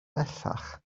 bellach